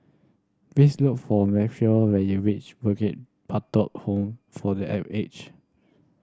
please look for Marquis when you reach Bukit Batok Home for the Aged